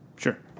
Sure